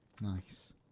Nice